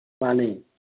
ꯃꯥꯅꯦ